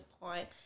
point